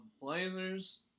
Blazers